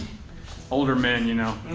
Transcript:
older men you know.